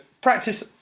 practice